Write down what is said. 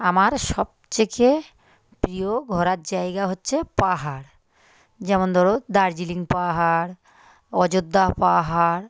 আমার সবথেকে প্রিয় ঘোরার জায়গা হচ্ছে পাহাড় যেমন ধর দার্জিলিং পাহাড় অযোধ্যা পাহাড়